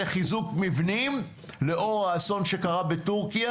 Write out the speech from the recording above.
חיזוק מבנים לאור האסון שקרה בטורקיה.